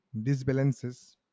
disbalances